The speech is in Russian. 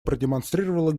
продемонстрировала